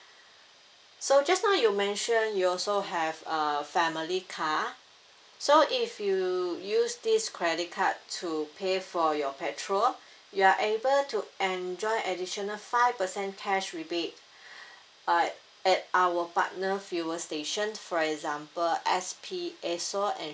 so just now you mention you also have a family car so if you use this credit card to pay for your petrol you are able to enjoy additional five percent cash rebate but at our partner fuel stations for example S_P esso and